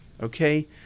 Okay